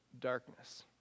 darkness